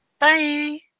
Bye